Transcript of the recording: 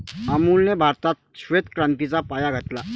अमूलने भारतात श्वेत क्रांतीचा पाया घातला